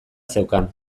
zeukan